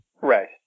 Right